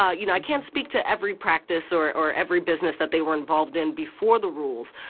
ah you know i can't speak to every practice or or every business that they were involved in before the rules,